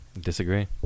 Disagree